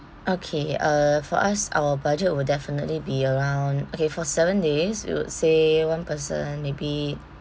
okay uh for us our budget will definitely be around okay for seven days we would say one person maybe